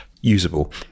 usable